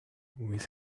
with